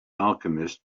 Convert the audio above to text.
alchemist